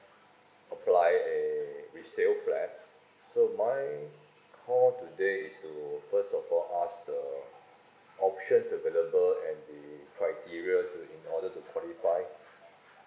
apply a resale flat so my call today is to first of all ask the options available and the criteria to in order to qualify